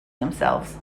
themselves